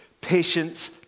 patience